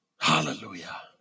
Hallelujah